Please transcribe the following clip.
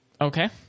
Okay